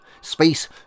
space